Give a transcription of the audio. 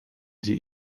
die